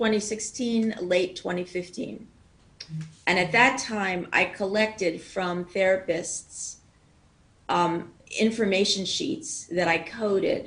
בסוף שנת 2015 ושנת 2016. באותו הזמן אספתי ממטפלים דפי מידע שקידדתי